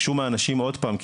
ביקשו מאנשים עוד פעם,